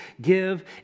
give